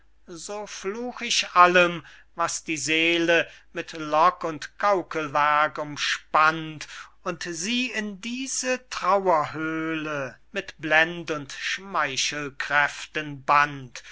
so fluch ich allem was die seele mit lock und gaukelwerk umspannt und sie in diese trauerhöle mit blend und schmeichelkräften bannt